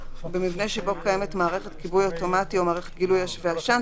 ובמבנה שבו קיימת מערכת כיבוי אוטומטי או מערכת גילוי אש ועשן,